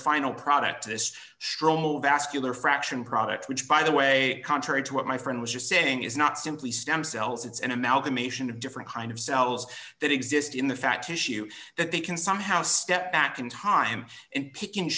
final product this stronghold vascular fraction product which by the way contrary to what my friend was just saying is not simply stem cells it's an amalgamation of different kind of cells that exist in the fact tissue that they can somehow step back in time and pick